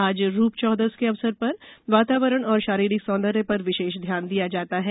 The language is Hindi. आज रूपचौदस के अवसर पर वातावरण और शारीरिक सौंदर्य पर विशेष ध्यान दिया जाता है